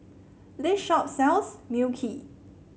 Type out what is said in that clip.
this shop sells Mui Kee